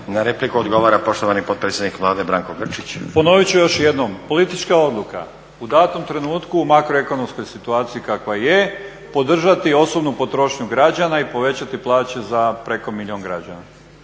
Na repliku odgovara poštovani potpredsjednik Vlade Branko Grčić. **Grčić, Branko (SDP)** Ponovit ću još jednom, politička odluka u datom trenutku u makroekonomskoj situaciji kakva je podržati osobnu potrošnju građana i povećati plaće za preko milijun građana.